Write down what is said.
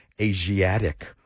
Asiatic